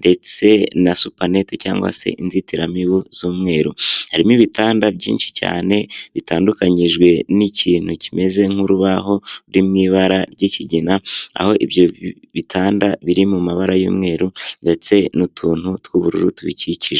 ndetse na supunete cyangwa se inzitiramibu z'umweru, harimo ibitanda byinshi cyane bitandukanyijwe n'ikintu kimeze nk'urubaho ruri mu ibara ry'ikigina, aho ibyo bitanda biri mu mabara y'umweru ndetse n'utuntu tw'ubururu tubikikije.